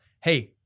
hey